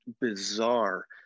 bizarre